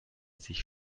sich